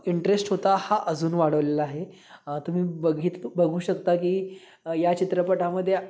interest होता हा अजून वाढवलेला आहे तुम्ही बघित बघू शकता की या चित्रपटामध्ये